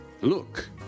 Look